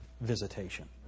visitation